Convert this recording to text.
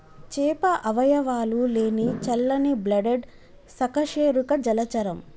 చేప అవయవాలు లేని చల్లని బ్లడెడ్ సకశేరుక జలచరం